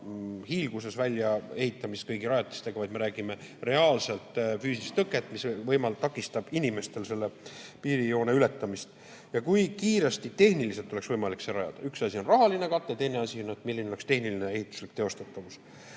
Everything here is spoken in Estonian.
hiilguses väljaehitamisest kõigi rajatistega, vaid me räägime reaalselt füüsilisest tõkkest, mis takistab inimestel selle piirijoone ületamist. Kui kiiresti tehniliselt oleks võimalik see rajada? Üks asi on rahaline kate, teine asi, milline oleks tehniline ehituslik teostatavus?